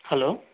hello